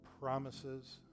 promises